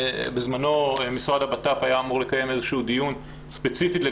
בזמנו המשרד לביטחון פנים היה אמור לקיים